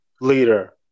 leader